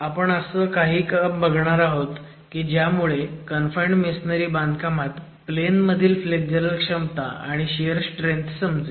आपण असंच काही काम बघणार आहोत की ज्यामुळे कन्फाईंड मेसोनारी बांधकामात प्लेन मधील फ्लेग्जरल क्षमता आणि शियर स्ट्रेंथ समजेल